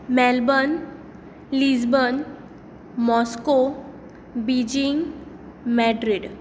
Melbourne Lisbon Moscow Beijing Madrid